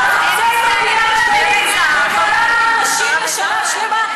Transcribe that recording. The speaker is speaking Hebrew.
אז הוצאנו מיליארד שקלים וכלאנו אנשים לשנה שלמה,